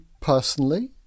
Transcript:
personally